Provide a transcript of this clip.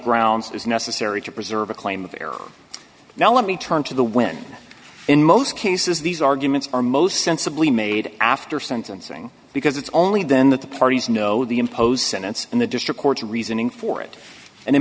grounds is necessary to preserve a claim of their now let me turn to the wind in most cases these arguments are most sensibly made after sentencing because it's only then that the parties know the impose sentence and the district court reasoning for it and in